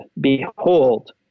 behold